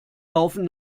laufen